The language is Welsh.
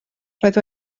roedd